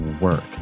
work